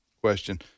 question